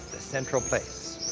the central place,